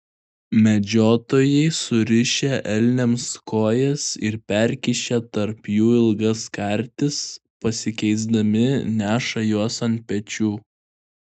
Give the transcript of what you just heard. medžiotojai surišę elniams kojas ir perkišę tarp jų ilgas kartis pasikeisdami neša juos ant pečių